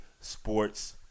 sports